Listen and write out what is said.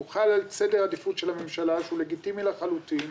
הוא חל על סדר עדיפות של הממשלה שהוא לגיטימי לחלוטין,